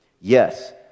Yes